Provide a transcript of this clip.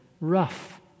rough